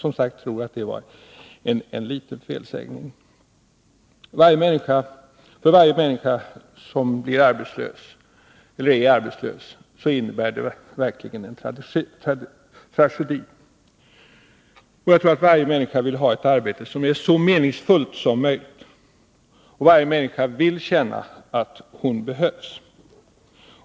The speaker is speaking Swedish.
För varje människa som blir arbetslös innebär det verkligen en tragedi. Jag tror att varje människa vill ha ett arbete som är så meningsfullt som möjligt och att hon vill känna att hon behövs.